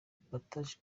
bataje